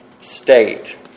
state